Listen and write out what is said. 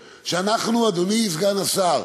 אדוני סגן השר,